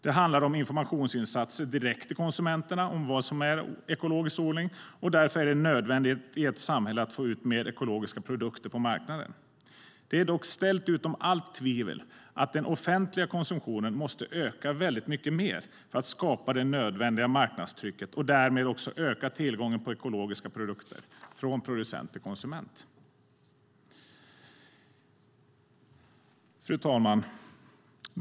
Det handlar om informationsinsatser direkt till konsumenterna om vad som är ekologisk odling och varför det är nödvändigt i ett samhälle att få ut fler ekologiska produkter på marknaden. Det är dock ställt utom allt tvivel att den offentliga konsumtionen måste öka mycket mer för att skapa det nödvändiga marknadstrycket och därmed också öka tillgången på ekologiska produkter från producent till konsument. Fru talman!